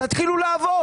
תתחילו לעבוד.